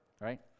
right